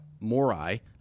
Morai